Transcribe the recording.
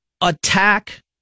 attack